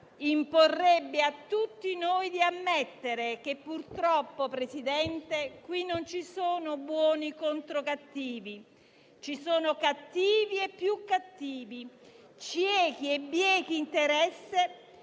imporrebbe a tutti noi di ammettere che purtroppo, Presidente, qui non ci sono buoni contro cattivi. Ci sono cattivi e più cattivi, ciechi e biechi interessi